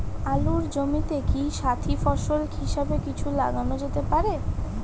আলুর জমিতে কি সাথি ফসল হিসাবে কিছু লাগানো যেতে পারে?